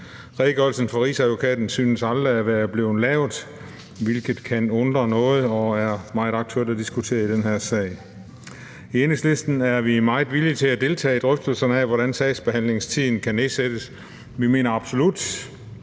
Redegørelsen fra Rigsadvokaten synes aldrig at være blevet lavet, hvilket kan undre noget, og det er meget aktuelt at diskutere i forbindelse med den her sag. I Enhedslisten er vi meget villige til at deltage i drøftelserne af, hvordan sagsbehandlingstiden kan nedsættes. Vi mener absolut